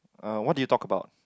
uh what did you talk about